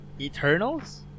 Eternals